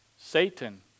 Satan